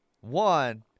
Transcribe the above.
One